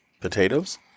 Potatoes